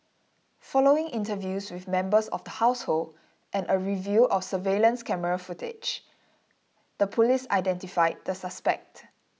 following interviews with members of the household and a review of surveillance camera footage the police identified the suspect